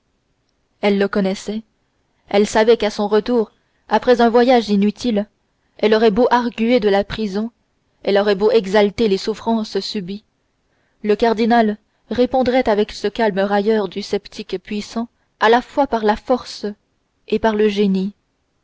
elle le connaissait elle savait qu'à son retour après un voyage inutile elle aurait beau arguer de la prison elle aurait beau exalter les souffrances subies le cardinal répondrait avec ce calme railleur du sceptique puissant à la fois par la force et par le génie